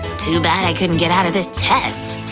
too bad i couldn't get outta this test!